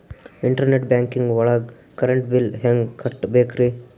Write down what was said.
Internet banking ಒಳಗ್ current bill ಹೆಂಗ್ ಕಟ್ಟ್ ಬೇಕ್ರಿ?